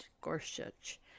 Gorsuch